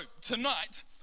tonight